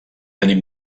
tenir